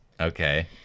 Okay